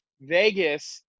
Vegas